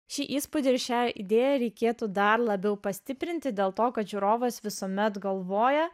šį įspūdį šią idėją reikėtų dar labiau pastiprinti dėl to kad žiūrovas visuomet galvoja